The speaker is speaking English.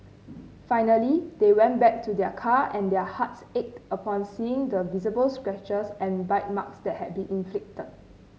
finally they went back to their car and their hearts ached upon seeing the visible scratches and bite marks that had been inflicted